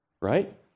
Right